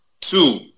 Two